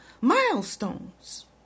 milestones